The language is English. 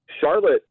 Charlotte